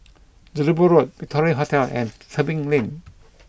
Jelebu Road Victoria Hotel and Tebing Lane